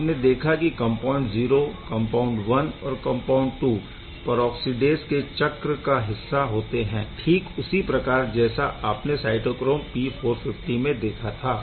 आपने देखा की कम्पाउण्ड 0 कम्पाउण्ड 1 और कम्पाउण्ड 2 परऑक्सीडेस के चक्र का हिस्सा होते है ठीक उसी प्रकार जैसा आपने साइटोक्रोम P450 में देखा था